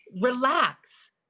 relax